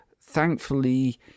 thankfully